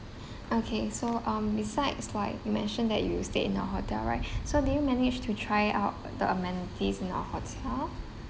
okay so um besides like you mentioned that you stayed in our hotel right so did you manage to try out the amenities in our hotel